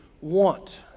want